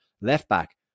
Left-back